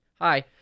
Hi